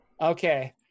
Okay